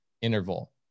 interval